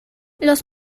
los